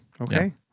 Okay